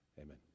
Amen